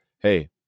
hey